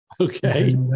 Okay